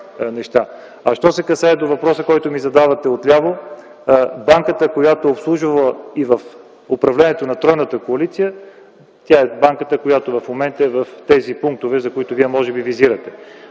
Що се касае до въпроса, който ми задавате отляво – банката, която е обслужвала и при управлението на тройната коалиция, тя е банката, която е в тези пунктове, които вие може би визирате.